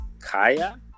Kaya